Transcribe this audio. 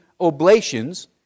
oblations